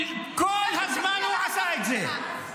למרות שהוא כל הזמן עשה את זה לבר לב.